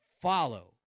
follow